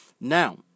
Now